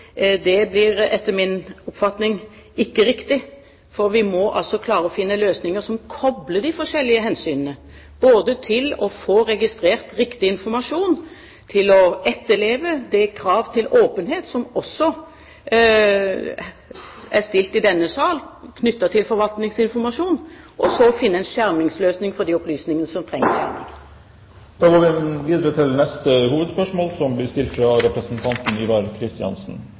blir etter min oppfatning ikke riktig. Vi må klare å finne løsninger som kobler de forskjellige hensynene, både til å få registrert riktig informasjon og til å etterleve de krav til åpenhet som også er stilt i denne sal knyttet til forvaltningsinformasjon, og så finne en skjermingsløsning for de opplysningene som trengs. Vi går videre til neste hovedspørsmål.